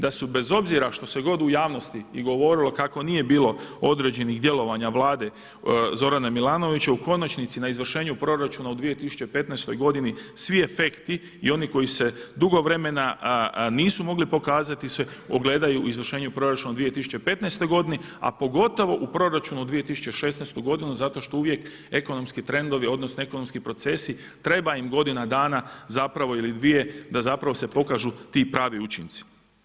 Da su bez obzira što se god u javnosti i govorilo kako nije bilo određenih djelovanja Vlade Zorana Milanovića u konačnici na izvršenju proračuna u 2015. godini svi efekti i oni koji se dugo vremena nisu mogli pokazati ogledaju u izvršenju proračuna u 2015. godini, a pogotovo u proračunu u 2016. godinu zato što uvijek ekonomski trendovi odnosno ekonomski procesi treba im godina dana ili dvije da se pokažu ti pravi učinci.